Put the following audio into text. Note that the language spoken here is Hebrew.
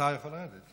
השר יכול לרדת.